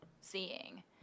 seeing